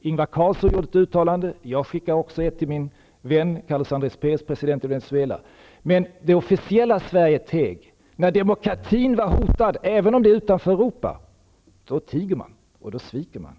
Ingvar Carlsson gjorde ett uttalande. Jag skickade också ett uttalande till min vän presidenten Carlos Andrés Perez i Venezuela. Men det officiella Sverige teg. När demokratin är hotad, även om det är fråga om ett land utanför Europa, då tiger man och sviker.